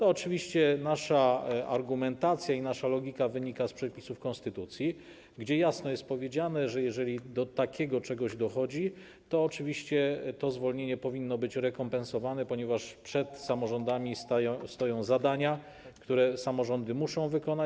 Oczywiście nasza argumentacja i nasza logika wynika z przepisów konstytucji, gdzie jasno jest powiedziane, że jeżeli do czegoś takiego dochodzi, to oczywiście zwolnienie powinno być rekompensowane, ponieważ przed samorządami stoją zadania, które samorządy muszą wykonać.